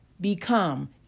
become